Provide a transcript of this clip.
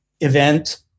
event